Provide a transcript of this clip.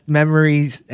memories